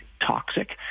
toxic